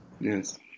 yes